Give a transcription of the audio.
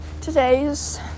today's